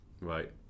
Right